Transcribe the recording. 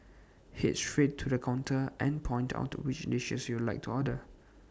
Head straight to the counter and point out which dishes you'd like to order